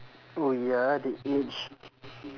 oh ya the age